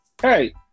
hey